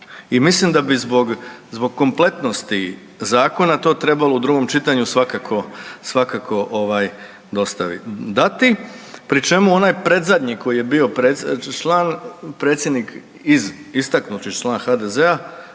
I mislim da bi zbog kompletnosti zakona to trebalo u drugom čitanju svakako dati, pri čemu onaj predzadnji koji je bio član predsjednik iz, istaknuti član HDZ-a